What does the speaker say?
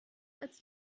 als